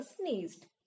sneezed